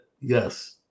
yes